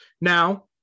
Now